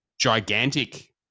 gigantic